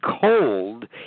cold